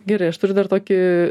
gerai aš turiu dar tokį